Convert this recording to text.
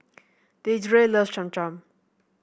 Deidre love Cham Cham